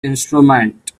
instrument